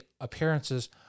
appearances